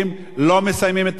לא מסיימים את החודש.